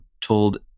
told